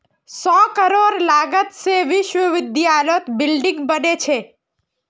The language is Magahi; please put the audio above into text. सौ करोड़ लागत से विश्वविद्यालयत बिल्डिंग बने छे